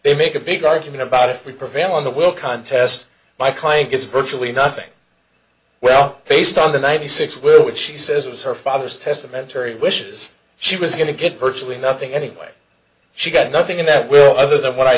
they make a big argument about if we prevail on the will contest my client gets virtually nothing well based on the ninety six will which she says was her father's testamentary wishes she was going to get virtually nothing anyway she got nothing in that will other than what i